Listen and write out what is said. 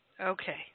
okay